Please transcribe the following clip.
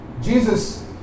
Jesus